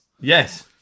Yes